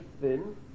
thin